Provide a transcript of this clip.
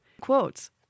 Quotes